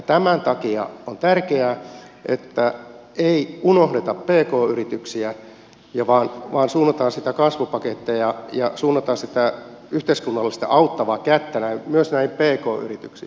tämän takia on tärkeää että ei unohdeta pk yrityksiä vaan suunnataan niitä kasvupaketteja ja suunnataan sitä yhteiskunnallista auttavaa kättä myös näihin pk yrityksiin